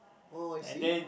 oh I see